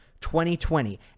2020